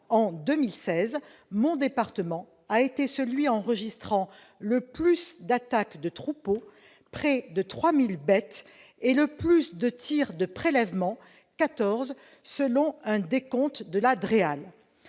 en 2016, mon département a enregistré le plus d'attaques de troupeaux- près de 3 000 bêtes - et le plus de tirs de prélèvement- 14 -, selon un décompte de la